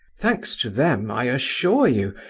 thanks to them, i assure you,